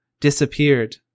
disappeared